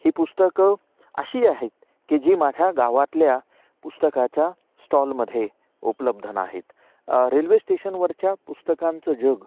ही पुस्तकं अशी आहेत की जी माझ्या गावातल्या पुस्तकाच्या स्टॉलमध्ये उपलब्ध नाही आहेत रेल्वे स्टेशनवरच्या पुस्तकांचं जग